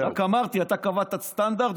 רק אמרתי: אתה קבעת סטנדרט,